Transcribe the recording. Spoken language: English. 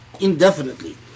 indefinitely